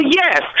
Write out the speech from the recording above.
yes